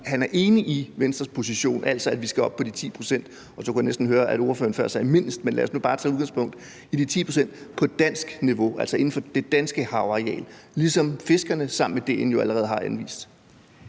han er enig i Venstres position, nemlig at vi skal op på de 10 pct. Så kunne jeg næsten høre, at ordføreren før sagde »mindst«, men lad os nu bare tage udgangspunkt i de 10 pct. på dansk niveau, altså inden for det danske havareal, ligesom fiskerne sammen med DN jo allerede har anvist.